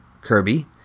Kirby